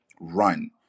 run